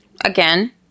again